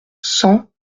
cent